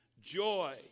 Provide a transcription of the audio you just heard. joy